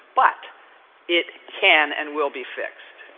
but it can and will be fixed.